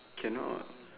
cannot